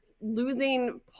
losing